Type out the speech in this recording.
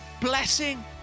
blessing